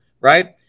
right